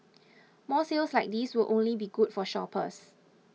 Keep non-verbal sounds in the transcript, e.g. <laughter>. <noise> more sales like these will only be good for shoppers